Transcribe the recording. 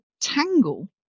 tangle